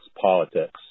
politics